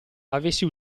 avesse